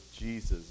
Jesus